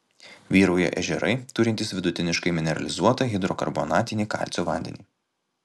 vyrauja ežerai turintys vidutiniškai mineralizuotą hidrokarbonatinį kalcio vandenį